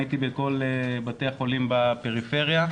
הייתי בכל בתי החולים בפריפריה,